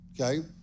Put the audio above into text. Okay